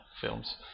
films